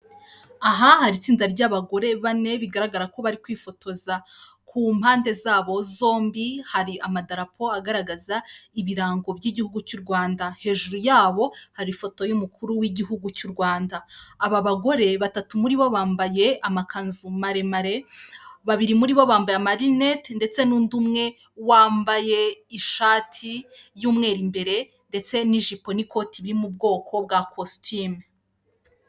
Aha hari itsinda ry'abagore bane bigaragara ko bari kwifotoza, ku mpande zabo zombi hari amadarapo agaragaza ibirango by'igihugu cy' u Rwanda, hejuru yabo hari ifoto y'umukuru w'igihugu cy' u Rwanda, aba bagore batatu muri bo bambaye amakanzu maremare, babiri muri bo bambaye amarinete ndetse n'undi umwe wambaye ishati y'umweru imbere ndetse n'ijipo n'ikoti biri mu bwoko bwa kositimu.